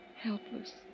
Helpless